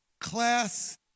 class